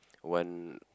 one